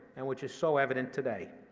and which is so evident today.